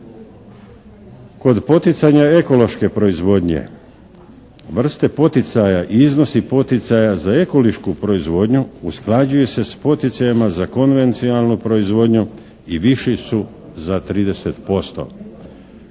Kod poticaja ekološke proizvodnje vrste poticaja i iznosi poticaja za ekološku proizvodnju usklađuju se s poticajima za konvencionalnu proizvodnju i viši su za 30%.